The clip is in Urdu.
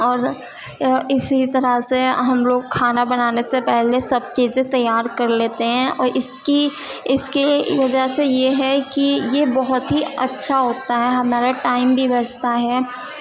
اور اسی طرح سے ہم لوگ کھانا بنانے سے پہلے سب چیزیں تیار کر لیتے ہیں اور اس کی اس کی وجہ سے یہ ہے کہ یہ بہت ہی اچھا ہوتا ہے ہمارا ٹائم بھی بچتا ہے